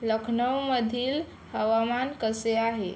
लखनऊमधील हवामान कसे आहे